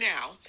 now